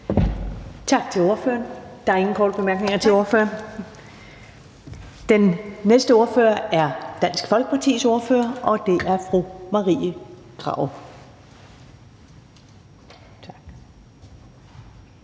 Tak til ordføreren. Der er ingen korte bemærkninger til ordføreren. Den næste ordfører er Dansk Folkepartis ordfører, og det er fru Marie Krarup.